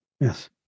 Yes